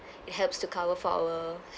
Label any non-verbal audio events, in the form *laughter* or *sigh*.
*breath* it helps to cover for our